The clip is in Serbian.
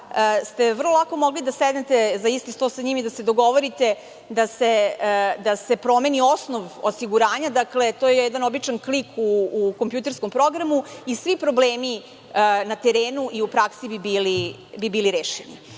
ste vrlo lako mogli da sednete za isti sto sa njim i da se dogovorite da se promeni osnov osiguranja. To je jedan običan klik u kompjuterskom programu i svi problemi na terenu i u praksi bi bili